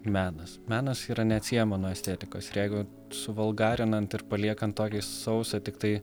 menas menas yra neatsiejama nuo estetikos ir jeigu suvulgarinant ir paliekant tokį sausą tiktai